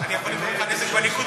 אני יכול לגרום לך נזק בליכוד,